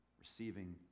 receiving